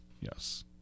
Yes